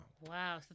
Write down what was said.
Wow